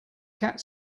cat